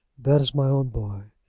that is my own boy!